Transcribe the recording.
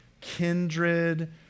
kindred